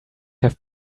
have